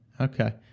Okay